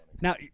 Now